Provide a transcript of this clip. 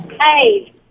Hey